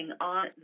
on